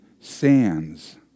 sands